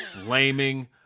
blaming